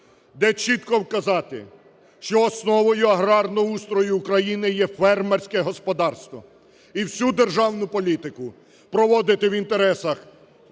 де чітко вказати, що основою аграрного устрою України є фермерське господарство. І всю державну політику проводити в інтересах